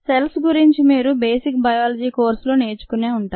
cells గురించి మీరు basic biology కోర్సులో నేర్చుకుని ఉంటారు